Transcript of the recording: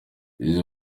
izi